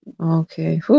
okay